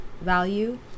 value